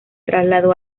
trasladó